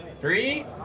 Three